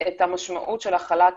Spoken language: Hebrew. את המשמעות של החלת